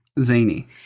Zany